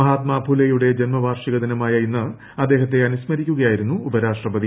മഹാത്മ ഫുലെയുടെ ജന്മവാർഷിക ദിനമായ ഇന്ന് അദ്ദേഹത്തെ അനുസ്മരിക്കുകയായിരുന്നു ഉപരാഷ്ട്രപതി